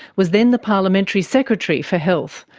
was then the parliamentary secretary for health,